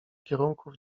kierunków